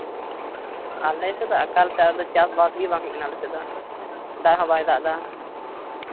ᱟᱞᱮ ᱥᱮᱫ ᱫᱚ ᱟᱠᱟᱞᱛᱮ ᱟᱫᱚ ᱪᱟᱥᱵᱟᱥ ᱜᱮ ᱵᱟᱝ ᱦᱩᱭᱩᱜ ᱠᱟᱱᱟ ᱟᱫᱚ ᱟᱞᱮ ᱥᱮᱫ ᱫᱚ ᱫᱟᱜ ᱦᱚᱸ ᱵᱟᱭ ᱫᱟᱜ ᱮᱫᱟ